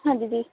ਹਾਂਜੀ ਦੀਦੀ